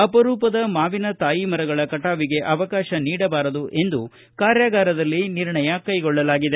ಅಪರೂಪದ ಮಾವಿನ ತಾಯಿ ಮರಗಳ ಕಟಾವಿಗೆ ಅವಕಾಶ ನೀಡಬಾರದು ಎಂದು ಕಾರ್ಯಾಗಾರದಲ್ಲಿ ನಿರ್ಣಯ ಕೈಗೊಳ್ಳಲಾಗಿದೆ